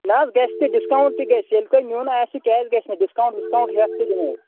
نا حظ گژھِ تہِ ڈِسکاوُنٛٹ تہِ گژھِ ییٚلہِ تۄہہِ نیُٚن آسہِ کیٛازِ گژھِ نہٕ ڈِسکاوُنٛٹ ڈِسکاوُنٛٹ ہٮ۪تھ تہِ دِمو